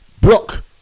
block